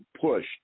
push